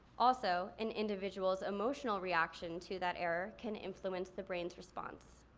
also an individual's emotional reaction to that error, can influence the brain's response.